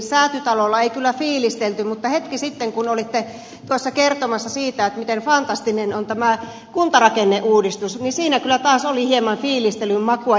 säätytalolla ei kyllä fiilistelty mutta hetki sitten kun olitte tuossa kertomassa siitä miten fantastinen on tämä kuntarakenneuudistus niin siinä kyllä taas oli hieman fiilistelyn makua